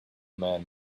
man